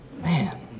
Man